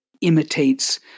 imitates